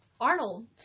arnold